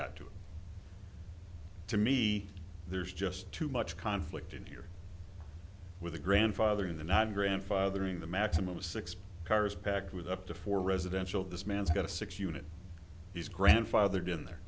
got to it to me there's just too much conflict in here with a grandfather in the not grandfathering the maximum of six cars packed with up to four residential this man's got a six unit he's grandfathered in there